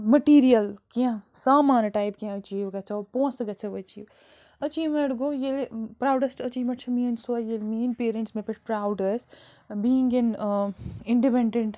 material کیٚنٛہہ سامانہٕ type کیٚنٛہہ أچیٖو گژھیو پونٛسہٕ گژھیو أچیٖو أچیٖومٮ۪نٛٹ گوٚو ییٚلہِ پرٛاوڈٮ۪سٹ أچیٖومٮ۪نٛٹ چھےٚ میٛٲنۍ سۄے ییٚلہِ میٛٲنۍ پیرٮ۪نٛٹٕس مےٚ پٮ۪ٹھ پرٛاوُڈ ٲسۍ بیٖنٛگ اِن اِنٛڈِپٮ۪نٛڈٮ۪نٛٹ